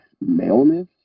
maleness